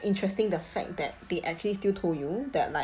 interesting the fact that they actually still told you that like